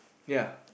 ya